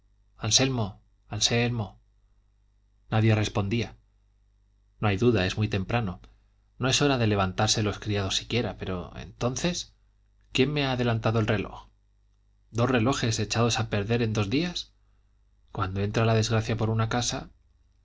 anselmo anselmo nadie respondía no hay duda es muy temprano no es hora de levantarse los criados siquiera pero entonces quién me ha adelantado el reloj dos relojes echados a perder en dos días cuando entra la desgracia por una casa